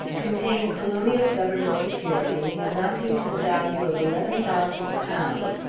contain colonial govern ment securities amounting to the value of eleven thousand pounds,